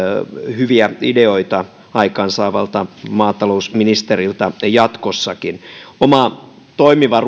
hyviä ideoita aikaansaavalta maatalousministeriltä jatkossakin oma toimiva